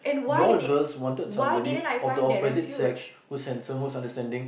you all girls wanted somebody of the opposite sex who's handsome who's understanding